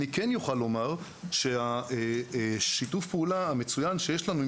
אני כן יכול לומר ששיתוף הפעולה המצוין שיש לנו עם